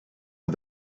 for